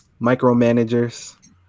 Micromanagers